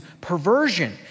perversion